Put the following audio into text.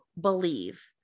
believe